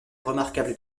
remarquables